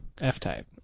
F-type